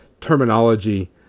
terminology